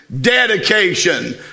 dedication